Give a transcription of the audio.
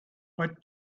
but